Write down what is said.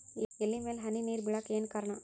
ಎಲೆ ಮ್ಯಾಲ್ ಹನಿ ನೇರ್ ಬಿಳಾಕ್ ಏನು ಕಾರಣ?